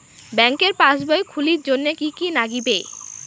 ব্যাঙ্কের পাসবই খুলির জন্যে কি কি নাগিবে?